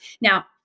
Now